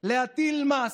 להטיל מס,